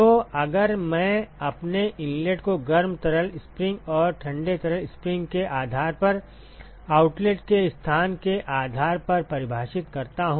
तो अगर मैं अपने इनलेट को गर्म तरल स्प्रिंग और ठंडे तरल स्प्रिंग के आधार पर आउटलेट के स्थान के आधार पर परिभाषित करता हूं